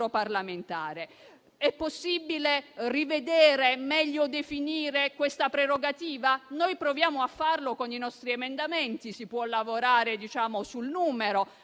lavoro. È possibile rivedere, meglio definire questa prerogativa? Noi proviamo a farlo con i nostri emendamenti. Si può lavorare sul numero: